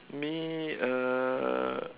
me uh